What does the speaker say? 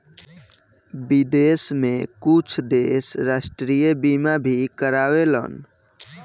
विदेश में कुछ देश राष्ट्रीय बीमा भी कारावेलन